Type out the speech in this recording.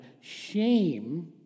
Shame